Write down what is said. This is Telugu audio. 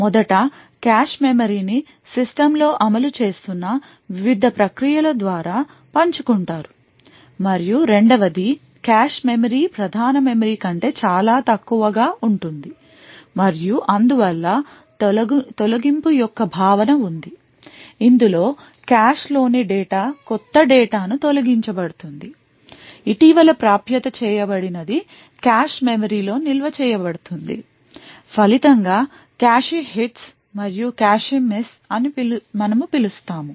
మొదట కాష్ మెమరీ ని సిస్టమ్లో అమలు చేస్తున్న వివిధ ప్రక్రియల ద్వారా పంచుకుంటారు మరియు రెండవ ది కాష్ మెమరీ ప్రధాన మెమరీ కంటే చాలా తక్కువగా ఉంటుంది మరియు అందువల్ల తొలగింపు యొక్క భావన ఉంది ఇందులో కాష్ లోని డేటా కొత్త డేటా ను తొలగించబడుతుంది ఇటీవల ప్రాప్యత చేయబడినది కాష్ మెమరీలో నిల్వ చేయబడుతుంది ఫలితంగా కాష్ హిట్స్ మరియు కాష్ మిస్ అని మనము పిలుస్తాము